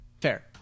Fair